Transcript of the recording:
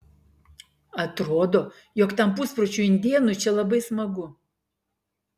atrodo jog tam puspročiui indėnui čia labai smagu